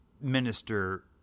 minister